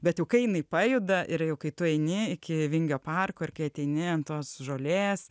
bet kai jinai pajuda ir kai tu eini iki vingio parko ar kai ateini ant tos žolės